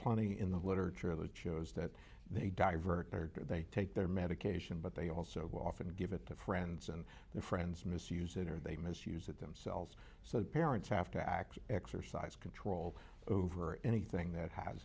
plenty in the literature of the chose that they divert they take their medication but they also often give it to friends and their friends misuse it or they misuse it themselves so the parents have to act exercise control over anything that has